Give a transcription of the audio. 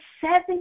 seven